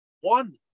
One